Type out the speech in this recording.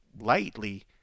lightly